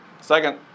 Second